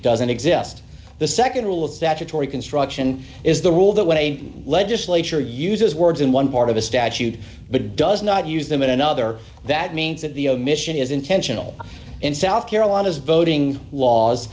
doesn't exist the nd rule of statutory construction is the rule that when a legislature uses words in one part of a statute but does not use them in another that means that the omission is intentional in south carolina as voting laws